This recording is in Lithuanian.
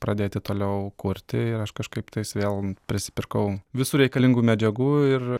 pradėti toliau kurti ir aš kažkaip tais vėl prisipirkau visų reikalingų medžiagų ir